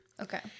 okay